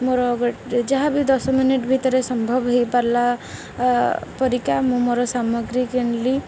ମୋର ଗୋଟେ ଯାହାବି ଦଶ ମିନିଟ୍ ଭିତରେ ସମ୍ଭବ ହୋଇପାରିଲା ପରିକା ମୁଁ ମୋର ସାମଗ୍ରୀ କିଣିଲି